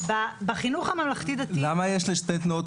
בחינוך הממלכתי-דתי --- למה יש שתי תנועות